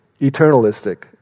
eternalistic